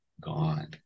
gone